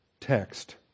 text